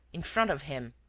in front of him,